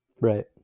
Right